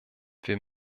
wir